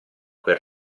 quel